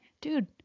dude